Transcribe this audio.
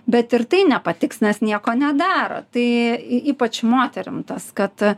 bet ir tai nepatiks nes nieko nedaro tai ypač moterim tas kad